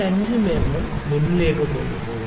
5mm ലേക്ക് മുന്നോട്ട് കൊണ്ടുപോകും